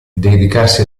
dedicarsi